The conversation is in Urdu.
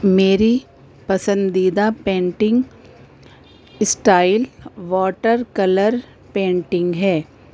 میری پسندیدہ painting style water colour painting ہے